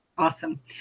Awesome